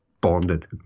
bonded